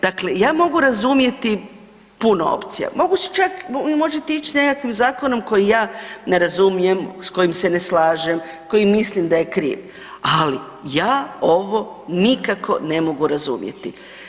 Dakle, ja mogu razumjeti puno opcija, mogli ste čak, vi možete ić s nekakvim zakonom koji ja ne razumijem, s kojim se ne slažem, koji mislim da je kriv, ali ja ovo nikako ne mogu razumjeti.